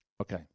Okay